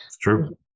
True